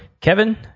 Kevin